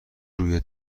روی